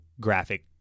graphic